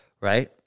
right